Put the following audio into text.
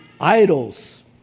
idols